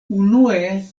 unue